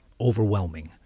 overwhelming